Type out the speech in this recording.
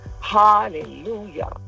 Hallelujah